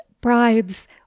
bribes